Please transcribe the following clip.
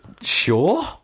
Sure